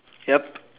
yup